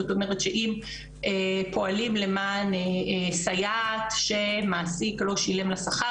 זאת אומרת שאם פועלים למען סייעת שמעסיק לא שילם לה שכר,